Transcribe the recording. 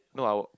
no I would